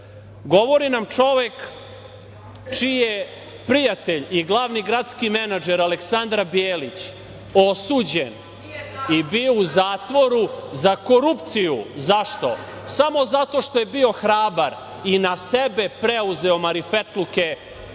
Govori nam čovek čiji je prijatelj i glavni gradski menadžer Aleksandar Belić osuđen i bio u zatvoru za korupciju. Zašto? Samo zato što je bio hrabar i na sebe preuzeo marifetluke